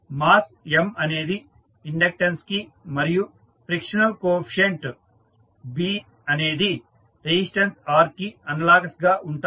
mass M అనేది inductance కి మరియు ఫ్రిక్షనల్ కోఎఫీసియంట్ B అనేది రెసిస్టెన్స్ R కి అనలాగస్ గా ఉంటాయి